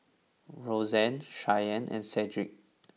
Rozanne Cheyenne and Cedrick